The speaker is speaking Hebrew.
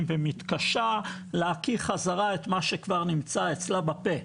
ומתקשה להקיא חזרה את מה שכבר נמצא אצלה בפה.